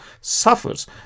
suffers